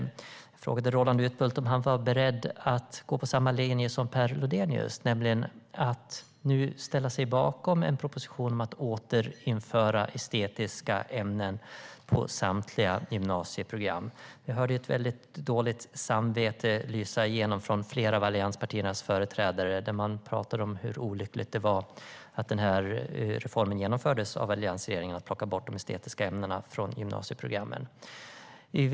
Jag frågade Roland Utbult om han är beredd att gå på samma linje som Per Lodenius, nämligen att nu ställa sig bakom en proposition om att återinföra estetiska ämnen på samtliga gymnasieprogram. Ett dåligt samvete lyste igenom hos flera av allianspartiernas företrädare här när man pratade om hur olyckligt det var att reformen som innebar att plocka bort de estetiska ämnena från gymnasieprogrammen genomfördes av alliansregeringen.